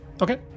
Okay